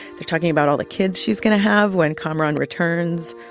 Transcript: they're talking about all the kids she's going to have when kamaran returns.